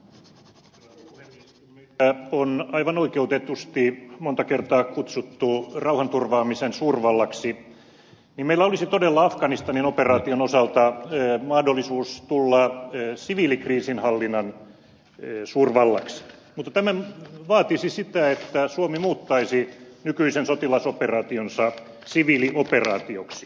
kun meitä on aivan oikeutetusti monta kertaa kutsuttu rauhanturvaamisen suurvallaksi niin meillä olisi todella afganistanin operaation osalta mahdollisuus tulla siviilikriisinhallinnan suurvallaksi mutta tämä vaatisi sitä että suomi muuttaisi nykyisen sotilasoperaationsa siviilioperaatioksi